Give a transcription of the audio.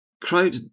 crowd